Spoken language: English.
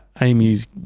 Amy's